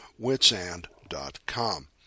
witsand.com